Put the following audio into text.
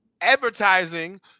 advertising